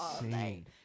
insane